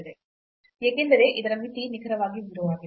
ಏಕೆಂದರೆ ಇದರ ಮಿತಿ ನಿಖರವಾಗಿ 0 ಆಗಿದೆ